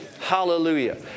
Hallelujah